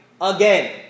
again